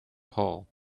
paul